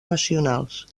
nacionals